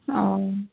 অঁ